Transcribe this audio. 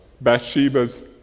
Bathsheba's